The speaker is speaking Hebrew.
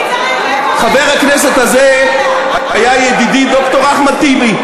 חבר הכנסת הזה היה ידידי ד"ר אחמד טיבי.